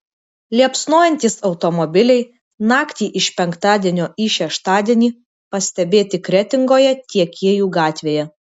liepsnojantys automobiliai naktį iš penktadienio į šeštadienį pastebėti kretingoje tiekėjų gatvėje